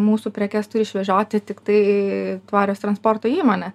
mūsų prekes turi išvežioti tiktai tvarios transporto įmonės